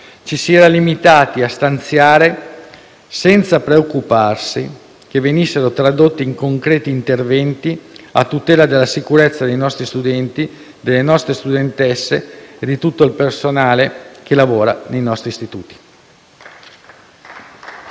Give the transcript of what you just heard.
ci si era limitati a stanziare senza preoccuparsi che venissero tradotte in concreti interventi a tutela della sicurezza dei nostri studenti, delle nostre studentesse e di tutto il personale che lavora nei nostri istituti.